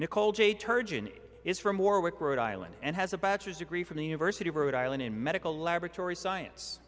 nicole j turgeon is from warwick rhode island and has a bachelor's degree from the university of rhode island in medical laboratory science